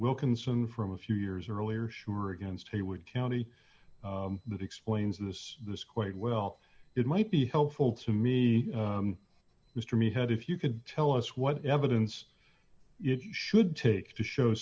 wilkinson from a few years earlier sure against he would county that explains this this quite well it might be helpful to me mister me had if you could tell us what evidence it should take to show